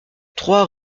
trois